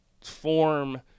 form